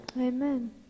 amen